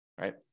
right